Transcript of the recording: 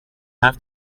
have